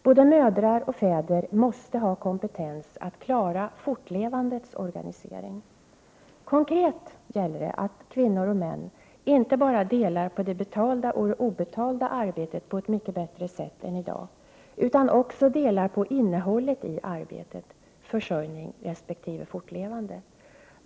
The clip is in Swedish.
Både mödrar och fäder måste ha kompetens att klara fortlevandets organisering. Konkret gäller det att kvinnor och män inte bara delar på det betalda och det obetalda arbetet på ett mycket bättre sätt än i dag, utan också delar på innehållet i arbetet, försörjning resp. fortlevande.